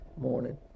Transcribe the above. morning